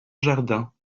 jardin